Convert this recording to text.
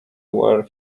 where